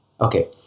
Okay